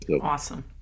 Awesome